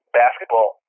basketball